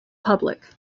public